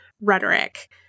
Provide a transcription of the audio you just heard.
rhetoric